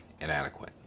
inadequate